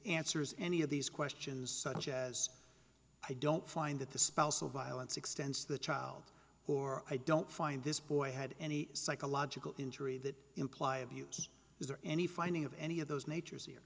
answers any of these questions such as i don't find that the spousal violence extends to the child who are i don't find this boy had any psychological injury that imply abuse is there any finding of any of those natures here